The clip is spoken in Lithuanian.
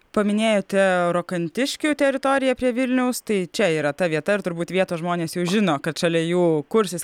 paminėjote rokantiškių teritoriją prie vilniaus tai čia yra ta vieta ir turbūt vietos žmonės jau žino kad šalia jų kursis